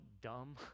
dumb